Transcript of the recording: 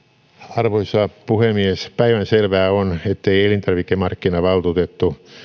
arvoisa puhemies päivänselvää on ettei elintarvikemarkkinavaltuutettu